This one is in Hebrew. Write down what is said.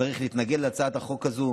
צריך להתנגד להצעת החוק הזו.